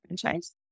franchise